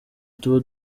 tuba